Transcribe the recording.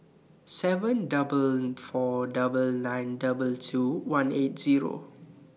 seven four four nine nine two two one eight Zero